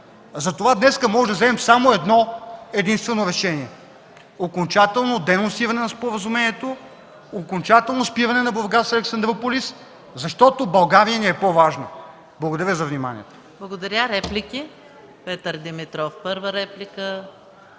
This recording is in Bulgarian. Затова днес можем да вземем само едно-единствено решение – окончателно денонсиране на споразумението, окончателно спиране на „Бургас – Александруполис”, защото България ни е по-важна. Благодаря за вниманието.